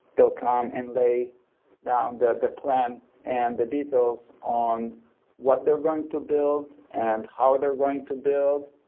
they'll come and lay down the the plan and the details on what they're going to build and how they're going to build.